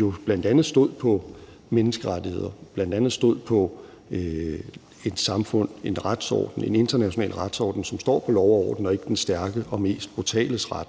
jo bl.a. stod på menneskerettighederne, bl.a. stod på et samfund, en retsorden, en international retsorden, som står for lov og orden og ikke for den stærkestes og mest brutales ret.